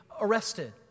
arrested